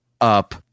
up